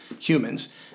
humans